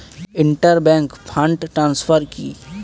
Inter bank fund transfer কি?